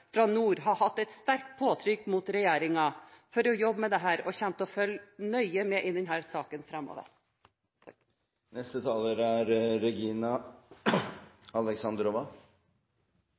fra nord har hatt et sterkt påtrykk mot regjeringen for å jobbe med dette og kommer til å følge nøye med i denne saken